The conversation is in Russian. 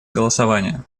голосования